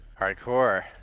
Hardcore